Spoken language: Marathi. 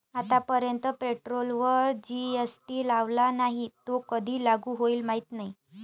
आतापर्यंत पेट्रोलवर जी.एस.टी लावला नाही, तो कधी लागू होईल माहीत नाही